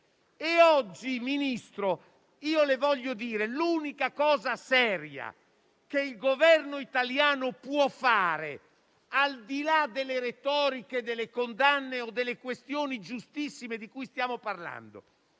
Oggi, Ministro, le voglio dire che l'unica cosa seria che il Governo italiano può fare, al di là delle retoriche, delle condanne o delle questioni giustissime di cui stiamo parlando,